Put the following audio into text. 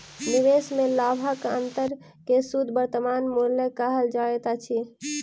निवेश में लाभक अंतर के शुद्ध वर्तमान मूल्य कहल जाइत अछि